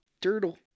turtle